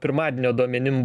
pirmadienio duomenim